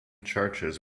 churches